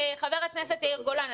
חבר הכנסת יאיר גולן,